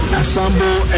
assemble